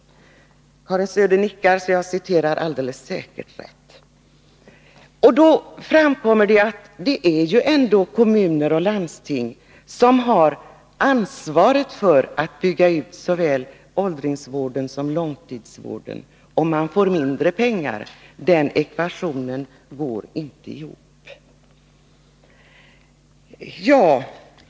Karin Söder nickar, så jag citerar alldeles säkert rätt. Det är ju ändå kommuner och landsting som har ansvaret för att bygga ut såväl åldringsvården som långtidsvården. Om man har mindre pengar, går ekvationen inte ihop.